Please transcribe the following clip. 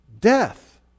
Death